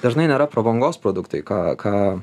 dažnai nėra prabangos produktai ką ką